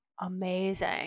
Amazing